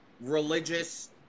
religious